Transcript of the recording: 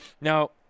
Now